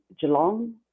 Geelong